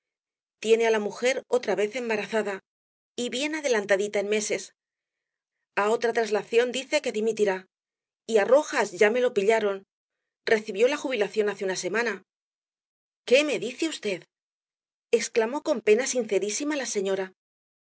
tiene á la mujer otra vez embarazada y bien adelantadita en meses a otra traslación dice que dimitirá y á rojas ya me lo pillaron no sabía recibió la jubilación hace una semana qué me dice v exclamó con pena sincerísima la señora